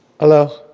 Hello